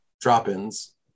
drop-ins